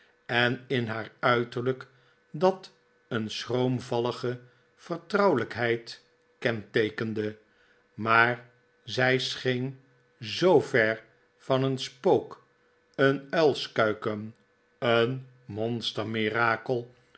en in haar uiterlijk dat een schroomvallige vertrouwelijkheid kenteekende maar zij scheen zoover van een spook een uilskuiken een